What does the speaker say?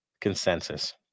Consensus